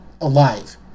alive